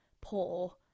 poor